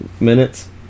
Minutes